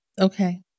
Okay